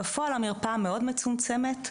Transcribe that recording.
בפועל המרפאה מאוד מצומצמת,